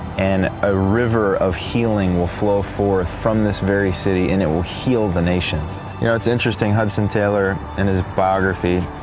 and a river of healing will flow forth from this very city and it will heal the nations yeah it's interesting hudson taylor, in his biography,